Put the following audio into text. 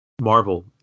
marvel